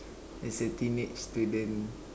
as a teenage student